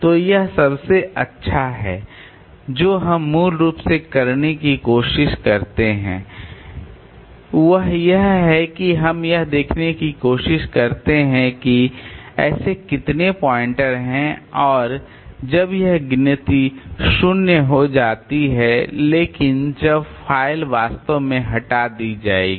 तो यह सबसे अच्छा है जो हम मूल रूप से करने की कोशिश करते हैं वह यह है कि हम यह देखने की कोशिश करते हैं कि ऐसे कितने प्वाइंटर हैं और जब वह गिनती शून्य हो जाती है केवल तब फ़ाइल वास्तव में हटा दी जाएगी